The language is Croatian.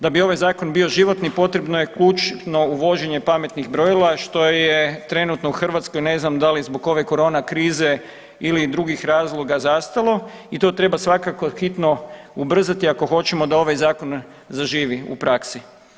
Da bi ovaj Zakon bio životni, potrebno je kućno uvođenje pametnih brojila, što je trenutno u Hrvatskoj, ne znam da li zbog ove korona krize ili drugih razloga, zastalo i to treba svakako hitno ubrzati ako hoćemo da ovaj Zakon zaživi u praksi.